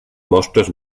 mostres